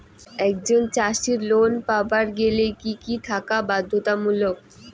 একজন চাষীর লোন পাবার গেলে কি কি থাকা বাধ্যতামূলক?